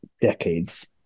decades